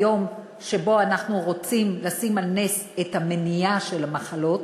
ביום שבו אנחנו רוצים להעלות על נס את המניעה של המחלות